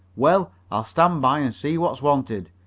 well, i'll stand by and see what's wanted.